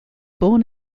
born